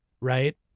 right